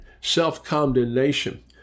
self-condemnation